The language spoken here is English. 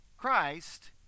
Christ